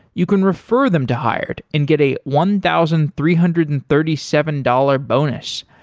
you can refer them to hired and get a one thousand three hundred and thirty seven dollars bonus.